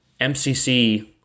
MCC